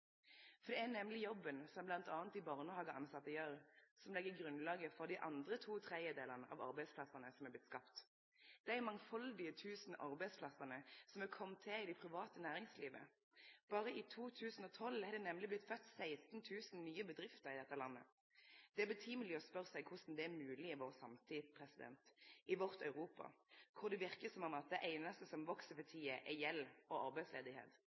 Det er nemleg jobben som bl.a. dei barnehagetilsette gjer, som legg grunnlaget for dei andre to tredjedelar av arbeidsplassane som er blitt skapte – dei mangfaldige tusen arbeidsplassane som har kome til i det private næringslivet. Berre i 2012 har det nemleg blitt født 16 000 nye bedrifter i dette landet. Det er på sin plass no å spørje seg korleis det er mogleg i vår samtid, i vårt Europa, der det verkar som om det einaste som veks for tida, er gjeld og